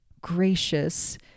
gracious